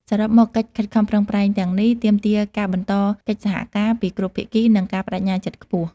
សរុបមក កិច្ចខិតខំប្រឹងប្រែងទាំងនេះទាមទារការបន្តកិច្ចសហការពីគ្រប់ភាគី និងការប្ដេជ្ញាចិត្តខ្ពស់។